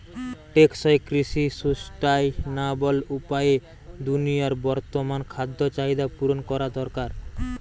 টেকসই কৃষি সুস্টাইনাবল উপায়ে দুনিয়ার বর্তমান খাদ্য চাহিদা পূরণ করা দরকার